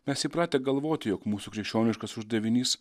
mes įpratę galvoti jog mūsų krikščioniškas uždavinys